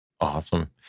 Awesome